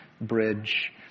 bridge